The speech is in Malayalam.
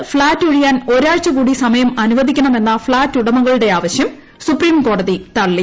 മരട് ഫ്ളാറ്റ് ഒഴിയാൻ ഒരാഴ്ച കൂടി സമയം അനുവദിക്കണമെന്ന ഫ്ളാറ്റുടമകളുടെ ആവശ്യം സുപ്രീംകോടതി തള്ളി